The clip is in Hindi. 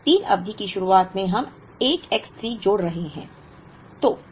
और 3 अवधि की शुरुआत में हम एक X 3 जोड़ रहे हैं